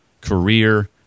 career